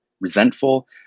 resentful